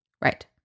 Right